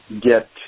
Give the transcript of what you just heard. get